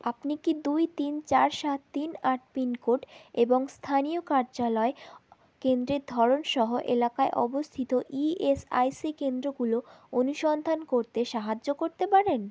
আপনি কি দুই তিন চার সাত তিন আট পিনকোড এবং স্থানীয় কার্যালয় কেন্দ্রের ধরনসহ এলাকায় অবস্থিত ইএসআইসি কেন্দ্রগুলো অনুসন্ধান করতে সাহায্য করতে পারেন